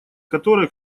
которая